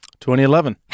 2011